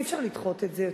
אי-אפשר לדחות את זה יותר.